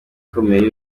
ikomeye